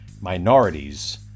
minorities